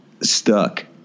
stuck